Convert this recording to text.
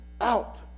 out